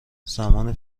زمان